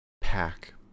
Pack